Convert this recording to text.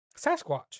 Sasquatch